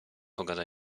pogoda